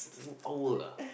two hour ah